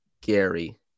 Gary